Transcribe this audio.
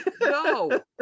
No